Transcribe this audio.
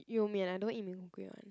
You-Mian I don't eat Mee-Hoon-Kway one